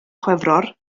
chwefror